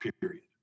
period